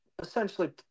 essentially